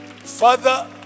Father